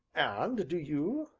and do you,